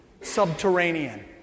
subterranean